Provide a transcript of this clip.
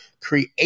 create